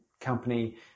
Company